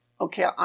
okay